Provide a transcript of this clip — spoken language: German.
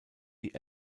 die